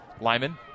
Lyman